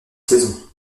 saison